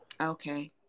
Okay